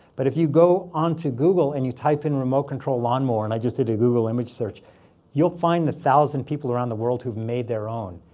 but if you go onto google and you type in remote control lawnmower and i just did a google image search you'll find one thousand people around the world who've made their own.